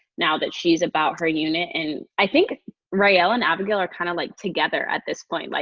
now that she's about her unit. and i think raelle and abigail are kind of like together at this point. like